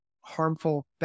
harmful